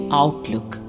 outlook